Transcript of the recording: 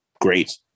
great